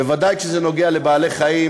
בוודאי כשזה נוגע לבעלי-חיים.